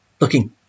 Looking